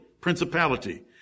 Principality